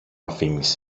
αφήνεις